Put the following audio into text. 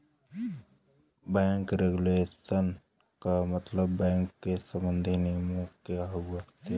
bank regulation क मतलब bank सम्बन्धी नियम से हउवे